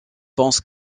pense